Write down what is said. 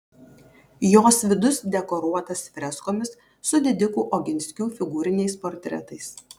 jos vidus dekoruotas freskomis su didikų oginskių figūriniais portretais